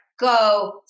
go